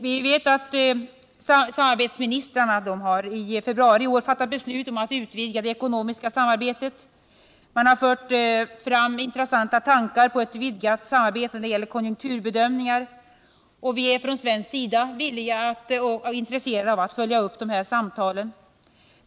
Vi vet att samarbetsministrarna i februari i år har fattat beslut om att utvidga det ekonomiska samarbetet. Man har fört fram intressanta tankar på ett vidgat samarbete då det gäller konjunkturbedömningar, och vi är på svensk sida intresserade av att följa upp dessa samtal.